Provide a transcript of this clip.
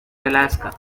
alaska